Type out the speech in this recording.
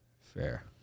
Fair